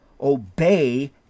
Obey